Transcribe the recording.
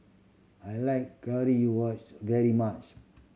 I like very much